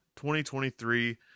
2023